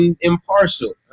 impartial